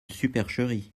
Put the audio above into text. supercherie